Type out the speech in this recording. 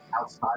outside